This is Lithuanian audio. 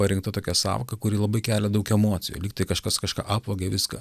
parinkta tokia sąvoka kuri labai kelia daug emocijų lyg tai kažkas kažką apvogė viską